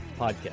Podcast